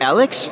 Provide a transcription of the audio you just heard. Alex